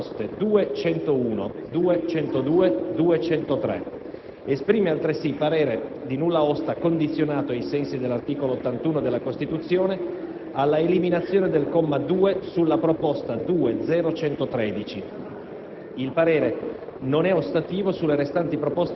Esprime poi parere di semplice contrarietà sulle proposte 2.101, 2.102 e 2.103. Esprime, altresì, parere di nulla osta condizionato, ai sensi dell'articolo 81 della Costituzione, alla eliminazione del comma 2, sulla proposta 2.0.113.